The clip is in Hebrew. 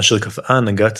אשר קבעה הנהגת